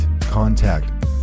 contact